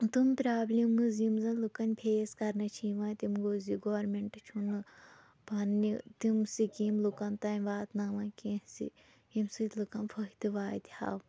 تِم پرٛابلِمٕز یِم زَن لُکَن فیس کَرنہٕ چھِ یوان تِم گوٚو زِ گورمٮ۪نٛٹ چھُنہٕ پَنٕنہِ تِم سِکیٖم لُکَن تام واتناوان کیٚنٛہہ زِ یِمہٕ سۭتۍ لُکَن فٲیِدٕ واتِہ ہَو